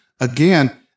again